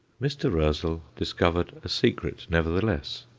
mr. roezl discovered a secret nevertheless,